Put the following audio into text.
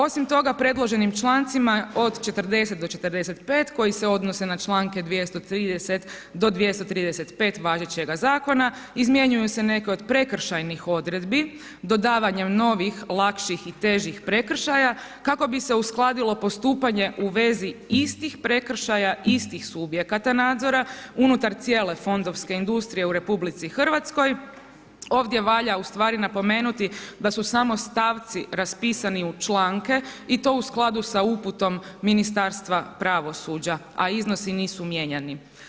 Osim toga, predloženim člancima od 40-45. koji se odnose na čl. 230-235. važećeg Zakona izmjenjuju se neke od prekršajnih odredbi dodavanjem novih lakših i težiš prekršaja, kako bi se uskladilo postupanje u vezi istih prekršaja istih subjekata nadzora unutar cijele fondovske industrije u RH, ovdje valja u stvari napomenuti da su samo stavci raspisani u članke i tu u skladu sa uputom Ministarstva pravosuđa, a iznosi nisu mijenjani.